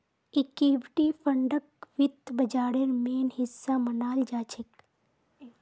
equity फंडक वित्त बाजारेर मेन हिस्सा मनाल जाछेक